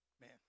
Man